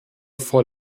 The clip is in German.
vor